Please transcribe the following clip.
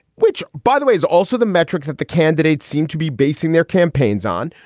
which, by the way, is also the metric that the candidates seem to be basing their campaigns on.